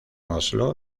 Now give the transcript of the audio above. oslo